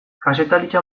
kazetaritza